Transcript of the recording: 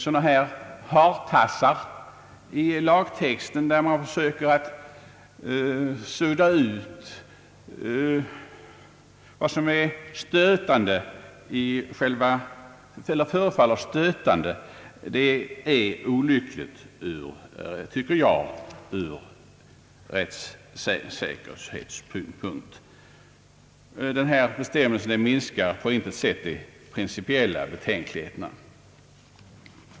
Sådana här hartassar i lagtexten, som försöker sudda ut vad som förefaller stötande, är olyckliga ur rättssäkerhetssynpunkt. Denna bestäm melse minskar på intet sätt de principiella betänkligheterna.